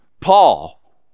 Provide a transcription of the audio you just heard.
Paul